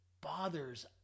bothers